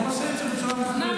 בואו נעשה את זה בצורה מכובדת,